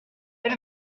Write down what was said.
elle